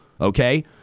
Okay